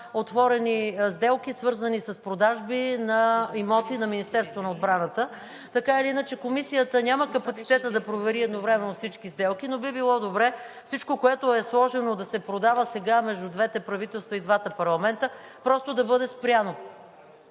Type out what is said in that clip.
отворени сделки, свързани с продажби на имоти на Министерството на отбраната. Така или иначе Комисията няма капацитета да провери едновременно всички сделки, но би било добре всичко, което е сложено да се продава сега между двете правителства и двата парламента, просто да бъде спряно.